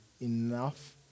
enough